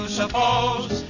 suppose